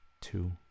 two